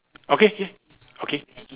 okay K okay